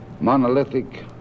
monolithic